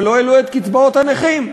אבל לא העלו את קצבאות הנכים.